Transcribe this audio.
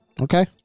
Okay